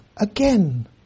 Again